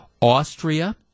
Austria